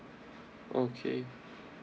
okay